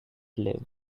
live